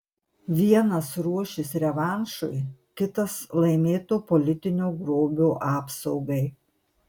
vienas ruošis revanšui kitas laimėto politinio grobio apsaugai